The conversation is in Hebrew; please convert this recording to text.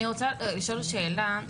אני רוצה לשאול שאלה,